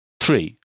three